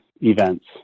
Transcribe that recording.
events